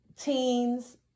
teens